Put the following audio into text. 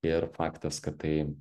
ir faktas kad tai